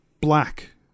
black